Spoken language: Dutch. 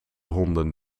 honden